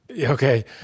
Okay